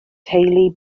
teulu